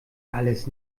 alles